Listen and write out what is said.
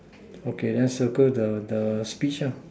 okay then circle the speech